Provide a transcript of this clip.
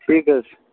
ٹھیٖک حظ چھُ